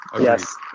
yes